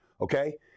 okay